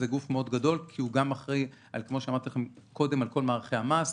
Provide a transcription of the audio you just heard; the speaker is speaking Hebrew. זה גוף מאוד גדול כי הוא גם אחראי על כל מערכי המס.